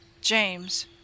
James